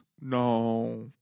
No